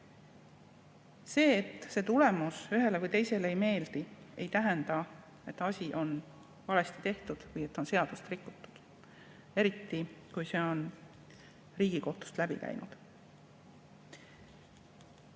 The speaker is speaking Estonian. See, et see tulemus ühele või teisele ei meeldi, ei tähenda, et asi on valesti tehtud või et seadust on rikutud. Eriti, kui see on Riigikohtust läbi käinud. Minu